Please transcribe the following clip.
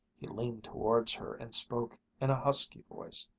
he leaned towards her and spoke in a husky voice,